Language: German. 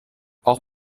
auch